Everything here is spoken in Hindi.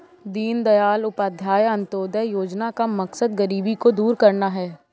दीनदयाल उपाध्याय अंत्योदय योजना का मकसद गरीबी को दूर करना है